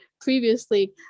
previously